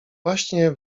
właśnie